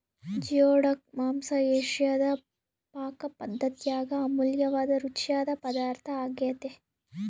geoduck ಮಾಂಸ ಏಷಿಯಾದ ಪಾಕಪದ್ದತ್ಯಾಗ ಅಮೂಲ್ಯವಾದ ರುಚಿಯಾದ ಪದಾರ್ಥ ಆಗ್ಯೆತೆ